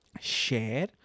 share